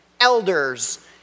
elders